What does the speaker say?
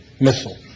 missile